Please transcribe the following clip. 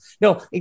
No